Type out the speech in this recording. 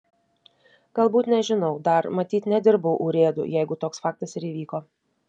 galbūt nežinau dar matyt nedirbau urėdu jeigu toks faktas ir įvyko